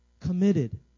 Committed